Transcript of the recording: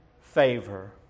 favor